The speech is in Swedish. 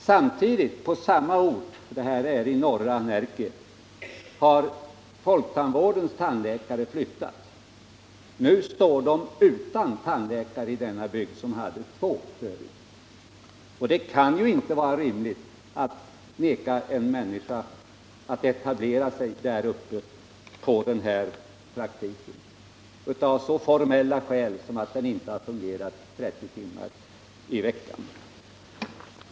Samtidigt, från samma ort — det här är i norra Närke — har folktandvårdens tandläkare flyttat. Nu står man utan tandläkare i denna bygd, som hade två förut. Och det kan inte vara rimligt att neka en människa att etablera sig där uppe på den aktuella praktiken av så formella skäl som att den inte har fungerat 30 timmar i veckan.